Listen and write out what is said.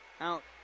Out